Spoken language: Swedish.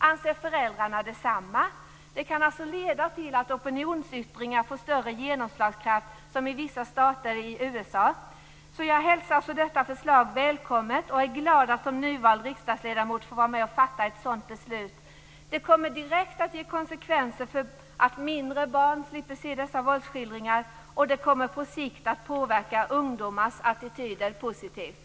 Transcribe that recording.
Anser föräldrarna detsamma? Det kan alltså leda till att opinionsyttringar får större genomslagskraft som i vissa stater i USA. Jag hälsar alltså detta förslag välkommet, och jag är glad att som nyvald riksdagsledamot få vara med om att fatta ett sådant beslut. Det kommer direkt att ge konsekvensen att mindre barn slipper att se dessa våldsskildringar, och det kommer på sikt att påverka ungdomars attityder positivt.